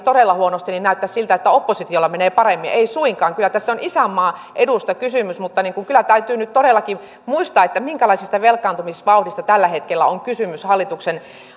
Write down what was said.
todella huonosti niin näyttäisi siltä että oppositiolla menee paremmin ei suinkaan kyllä tässä on isänmaan edusta kysymys mutta kyllä täytyy nyt todellakin muistaa minkälaisesta velkaantumisvauhdista tällä hetkellä on kysymys hallituksen